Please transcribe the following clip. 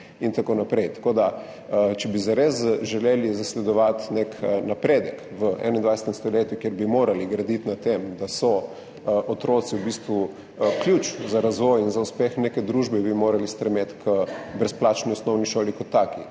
in tako naprej. Tako da, če bi zares želeli zasledovati nek napredek v 21. stoletju, kjer bi morali graditi na tem, da so otroci v bistvu ključ za razvoj in za uspeh neke družbe, bi morali strmeti k brezplačni osnovni šoli kot taki,